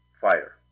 fire